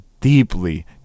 deeply